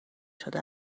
شده